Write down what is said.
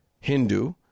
Hindu